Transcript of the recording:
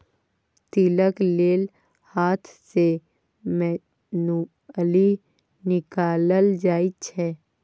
तिलक तेल हाथ सँ मैनुअली निकालल जाइ छै